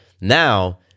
now